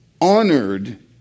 honored